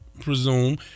presume